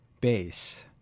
bass